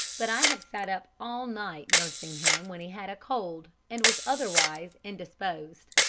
but i have sat up all night nursing him when he had a cold and was otherwise indisposed.